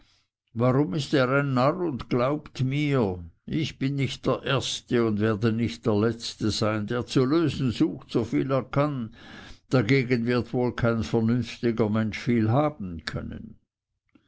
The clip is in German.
warum ist er ein narr und glaubt mir ich bin nicht der erste und werde nicht der letzte sein der zu lösen sucht so viel er kann da gegen wird wohl kein vernünftiger mensch viel haben können